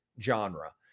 genre